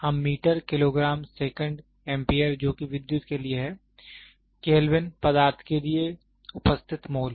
हम metre kilogram second ampere जोकि विद्युत के लिए है केल्विन पदार्थ के लिए उपस्थित मोल